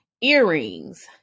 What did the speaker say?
earrings